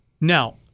Now